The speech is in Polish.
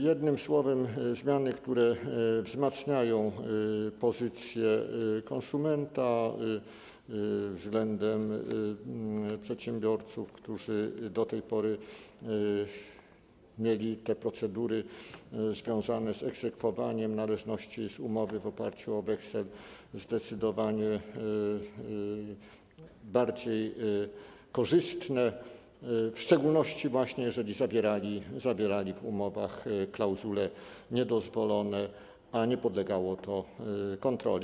Jednym słowem są to zmiany, które wzmacniają pozycję konsumenta względem przedsiębiorców, którzy do tej pory mieli procedury związane z egzekwowaniem należności z umowy w oparciu o weksel zdecydowanie bardziej korzystne, w szczególności jeżeli zawierali w umowach klauzule niedozwolone, a nie podlegało to kontroli.